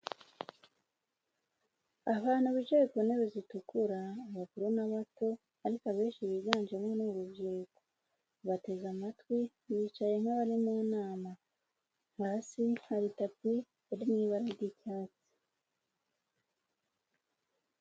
Abantu bicaye ku ntebe zitukura, abakuru n'abato, ariko abenshi biganjemo n'urubyiruko. Bateze amatwi, bicaye nk'abari mu nama hasi hari itapi iri mu ibara ry'icyatsi.